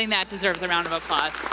that deserves a round of applause.